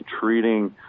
treating